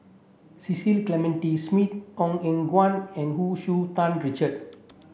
Cecil Clementi Smith Ong Eng Guan and Hu Tsu Tau Richard